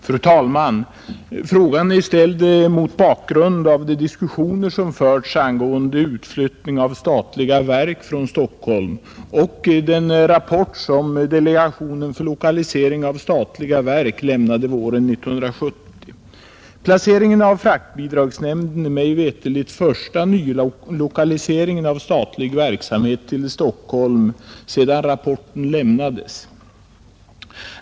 Fru talman! Frågan är ställd mot bakgrund av de diskussioner som förts angående utflyttning av statliga verk från Stockholm och den rapport som delegationen för lokalisering av statliga verk lämnade våren 1970. Placeringen av fraktbidragsnämndens kansli är mig veterligt den första nylokaliseringen av statlig verksamhet till Stockholm sedan rapporten lämnades.